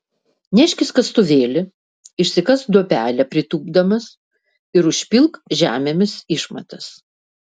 neškis kastuvėlį išsikask duobelę pritūpdamas ir užpilk žemėmis išmatas